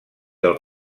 del